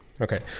Okay